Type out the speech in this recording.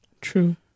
true